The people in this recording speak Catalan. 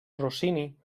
rossini